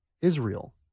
Israel